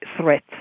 threat